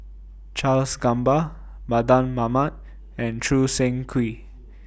Charles Gamba Mardan Mamat and Choo Seng Quee